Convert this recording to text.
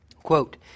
Quote